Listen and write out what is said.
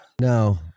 no